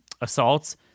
assaults